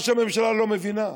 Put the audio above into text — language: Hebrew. הממשלה לא מבינה,